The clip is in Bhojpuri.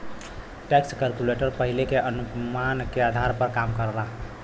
टैक्स कैलकुलेटर पहिले के अनुमान के आधार पर काम करला